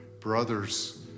brothers